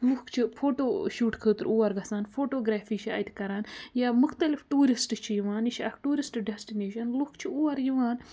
لُکھ چھِ photo shoot خٲطرٕ اور گسان فوٹو گرٛیفی چھِ اَتہِ کَران یا مُختَلف ٹوٗرِسٹ چھِ یِوان یہِ چھِ اَکھ ٹوٗرِسٹ ڈٮ۪سٹِنیشَن لُکھ چھِ اور یِوان